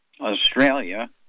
Australia